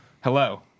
Hello